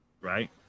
Right